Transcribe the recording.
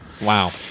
Wow